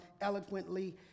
eloquently